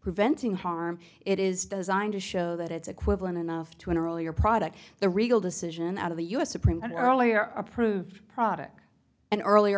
preventing harm it is designed to show that it's equivalent enough to an earlier product the regal decision out of the u s supreme and earlier approved products and earlier